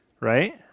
right